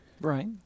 Right